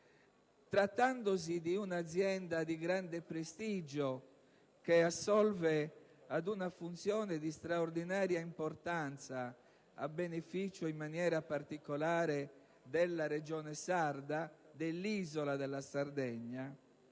Trattandosi di un'azienda di grande prestigio, che assolve ad una funzione di straordinaria importanza, a beneficio, in particolare, della Regione Sardegna, dell'isola della Sardegna,